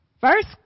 First